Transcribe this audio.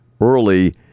early